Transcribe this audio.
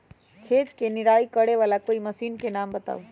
खेत मे निराई करे वाला कोई मशीन के नाम बताऊ?